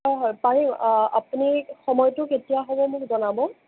হয় হয় পাৰিম আপুনি কেতিয়া হয় সময়টো মোক জনাব